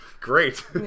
Great